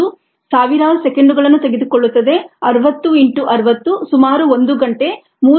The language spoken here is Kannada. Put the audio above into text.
ಇದು ಸಾವಿರಾರು ಸೆಕೆಂಡುಗಳನ್ನು ತೆಗೆದುಕೊಳ್ಳುತ್ತದೆ 60 ಇಂಟು 60 ಸುಮಾರು ಒಂದು ಗಂಟೆ 3600 ಸೆಕೆಂಡುಗಳು